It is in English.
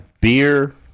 beer